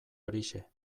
horixe